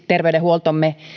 terveydenhuoltomme